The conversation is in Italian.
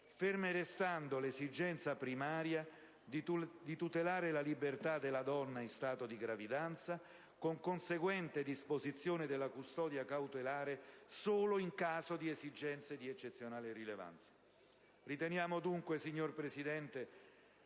ferma restando l'esigenza primaria di tutelare la libertà della donna in stato di gravidanza, con conseguente disposizione della custodia cautelare solo in caso di esigenze di eccezionale rilevanza. Riteniamo dunque, signor Presidente,